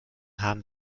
haben